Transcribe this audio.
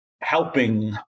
helping